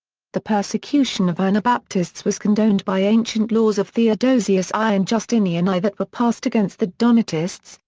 the persecution of anabaptists was condoned by ancient laws of theodosius i and justinian i that were passed against the donatists,